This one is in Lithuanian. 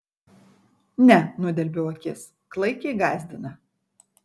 ne nudelbiau akis klaikiai gąsdina